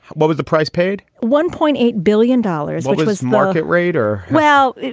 what was the price paid one point eight billion dollars, which was market raider. well,